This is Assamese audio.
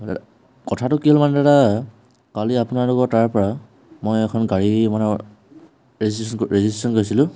দাদা কথাটো কি হ'ল মানে দাদা কালি আপোনালোকৰ তাৰ পৰা মই এখন গাড়ী মানে অৰ্ ৰেজিছেন ৰেজিষ্ট্ৰেশ্য়ন কৰিছিলোঁ